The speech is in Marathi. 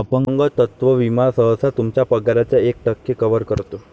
अपंगत्व विमा सहसा तुमच्या पगाराच्या एक टक्के कव्हर करतो